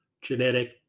genetic